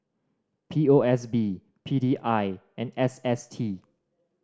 P O S B P D I and S S T